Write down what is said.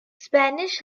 spanish